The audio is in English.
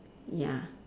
ya